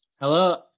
Hello